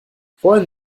freuen